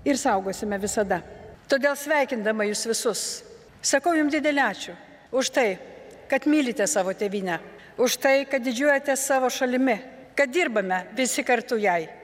ir saugosime visada todėl sveikindama jus visus sakau jum didelį ačiū už tai kad mylite savo tėvynę už tai kad didžiuojatės savo šalimi kad dirbame visi kartu jai